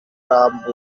rambura